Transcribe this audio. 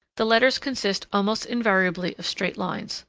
the letters consist almost invariably of straight lines,